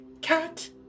cat